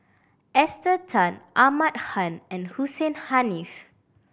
Esther Tan Ahmad Khan and Hussein Haniff